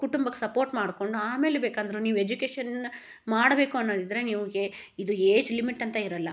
ಕುಟುಂಬಕ್ಕೆ ಸಪೋರ್ಟ್ ಮಾಡಿಕೊಂಡು ಆಮೇಲೆ ಬೇಕಂದರೂ ನೀವು ಎಜುಕೇಶನನ್ನು ಮಾಡಬೇಕು ಅನ್ನೋದಿದ್ದರೆ ನಿಮಗೆ ಇದು ಏಜ್ ಲಿಮಿಟ್ ಅಂತ ಇರಲ್ಲ